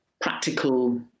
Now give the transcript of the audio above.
practical